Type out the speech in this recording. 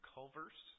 Culver's